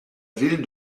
ville